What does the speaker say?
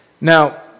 Now